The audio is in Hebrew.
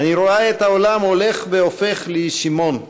"אני רואה את העולם הולך והופך לישימון",